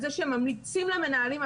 על זה שהם ממליצים למנהלים,